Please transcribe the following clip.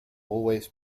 always